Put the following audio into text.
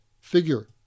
figure